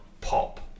pop